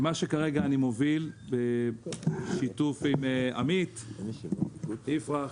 מה שאני מוביל כרגע בשיתוף עם עמית יפרח,